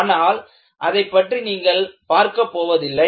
ஆனால் அதைப்பற்றி நீங்கள் பார்க்கப் போவதில்லை